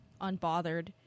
unbothered